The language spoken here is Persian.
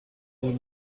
بود